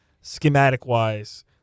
schematic-wise